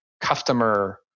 customer